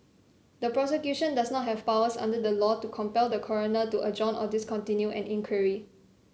the Prosecution does not have powers under the law to compel the Coroner to adjourn or discontinue an inquiry